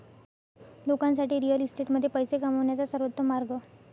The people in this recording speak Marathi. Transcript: लोकांसाठी रिअल इस्टेटमध्ये पैसे कमवण्याचा सर्वोत्तम मार्ग